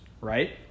Right